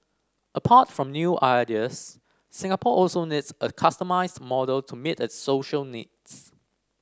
apart from new ideas Singapore also needs a customised model to meet its social needs